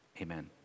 Amen